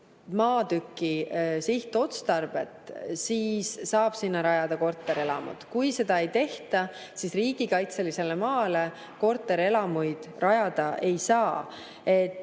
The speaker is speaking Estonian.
maatüki sihtotstarvet, siis saab sinna rajada korterelamud, kui seda ei tehta, siis riigikaitselisele maale korterelamuid rajada ei saa. Ma